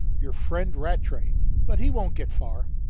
your friend rattray but he won't get far.